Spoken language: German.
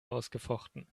ausgefochten